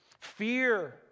Fear